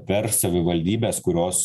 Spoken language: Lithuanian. per savivaldybes kurios